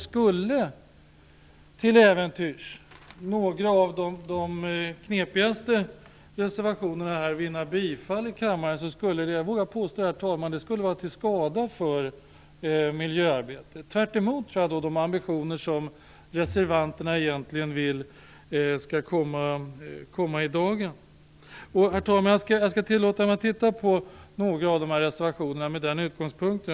Skulle till äventyrs några av de knepigaste reservationerna vinna bifall här i kammaren vore det, vågar jag påstå, vara till skada för miljöarbetet. Det är tvärtemot de ambitioner som reservanterna egentligen vill skall komma i dagen. Herr talman! Jag skall tillåta mig att titta på några av dessa reservationer med den utgångspunkten.